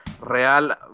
Real